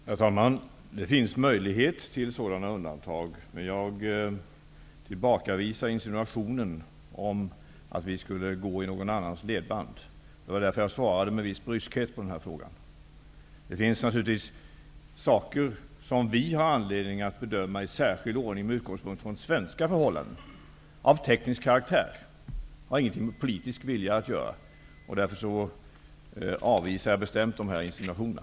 Herr talman! Det finns möjlighet till sådana undantag, men jag tillbakavisar insinuationen om att vi skulle gå i någon annans ledband. Det var därför jag med viss bryskhet besvarade denna fråga. Det finns naturligtvis frågor av teknisk karaktär som vi har anledning att bedöma i särskild ordning, med utgångspunkt från svenska förhållanden. Detta har inget med politisk vilja att göra. Därför avvisar jag bestämt de här insinuationerna.